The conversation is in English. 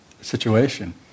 situation